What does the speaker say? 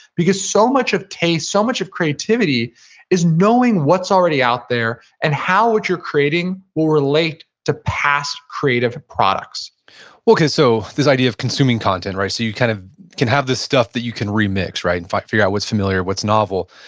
because so much of taste, so much of creativity is knowing what's already out there, and how what you're creating will relate to past creative products okay, so this idea of consuming content. so you kind of can have this stuff that you can remix, right? and figure out what's familiar, what's novel.